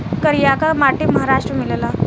करियाका माटी महाराष्ट्र में मिलेला